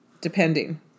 depending